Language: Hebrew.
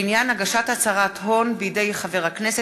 בעניין הגשת הצהרת הון בידי חבר הכנסת